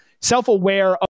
self-aware